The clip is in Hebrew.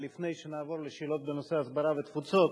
ולפני שנעבור לשאלות בנושאי הסברה ותפוצות,